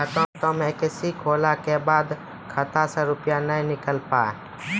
खाता मे एकशी होला के बाद खाता से रुपिया ने निकल पाए?